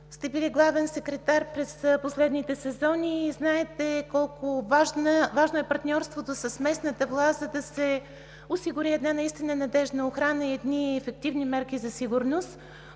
сте били главен секретар през последните сезони и знаете колко важно е партньорството с местната власт, за да се осигурят надеждна охрана и ефективни мерки за сигурност.